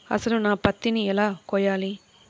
అసలు నా పత్తిని ఎలా కొలవాలి?